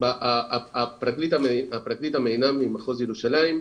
פרקליטת המדינה ממחוז ירושלים,